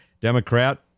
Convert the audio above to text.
Democrat